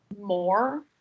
more